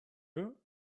her